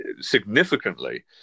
significantly